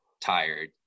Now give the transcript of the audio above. tired